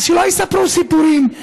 אז שלא יספרו סיפורים.